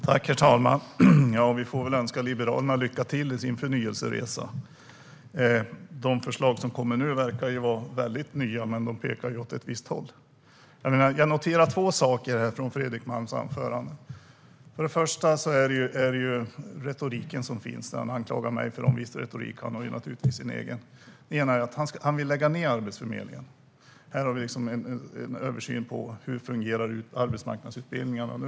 Herr talman! Ja, vi får väl önska Liberalerna lycka till på deras förnyelseresa. De förslag som kommer nu verkar vara väldigt nya, men de pekar åt ett visst håll. Jag noterar två saker i Fredrik Malms anförande. Det ena är retoriken. Han anklagar mig för att ha en viss retorik. Han har naturligtvis sin egen. Det andra är att han vill lägga ned Arbetsförmedlingen. Här har vi en översyn av hur arbetsmarknadsutbildningarna fungerar.